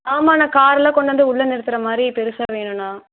ஆமா அண்ணா கார் எல்லாம் கொண்டு வந்து உள்ளே நிறுத்துறமாதிரி பெருசாக வேணும் அண்ணா